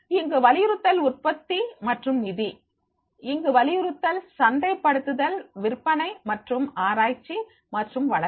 இங்கு வலியுறுத்தல் உற்பத்தி மற்றும் நிதி இங்கு வலியுறுத்தல்சந்தைப்படுத்தல் விற்பனை மற்றும் ஆராய்ச்சி மற்றும் வளர்ச்சி